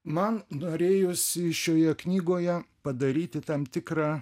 man norėjosi šioje knygoje padaryti tam tikrą